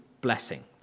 blessing